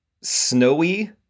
snowy